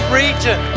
region